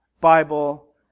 Bible